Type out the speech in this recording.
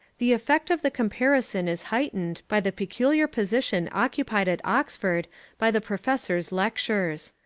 the effect of the comparison is heightened by the peculiar position occupied at oxford by the professors' lectures.